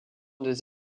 des